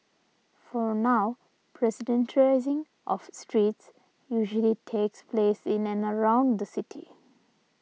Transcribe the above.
for now pedestrianising of streets usually takes place in and around the city